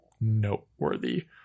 noteworthy